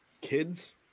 kids